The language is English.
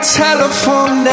telephone